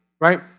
right